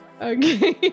Okay